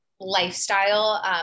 lifestyle